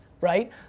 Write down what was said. right